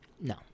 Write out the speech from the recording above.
No